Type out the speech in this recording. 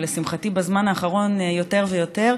ולשמחתי בזמן האחרון יותר ויותר,